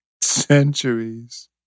Centuries